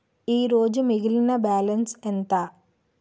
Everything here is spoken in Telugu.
ఈరోజు మిగిలిన బ్యాలెన్స్ ఎంత?